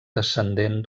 descendent